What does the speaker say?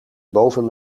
boven